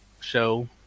show